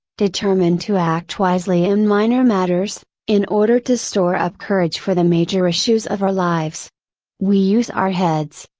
determine to act wisely in minor matters, in order to store up courage for the major issues of our lives we use our heads,